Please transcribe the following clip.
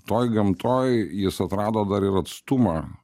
toj gamtoj jis atrado dar ir atstumą